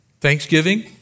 Thanksgiving